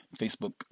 Facebook